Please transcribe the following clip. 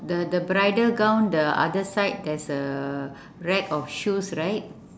the the bridal gown the other side there is a rack of shoes right